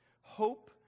Hope